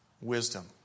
wisdom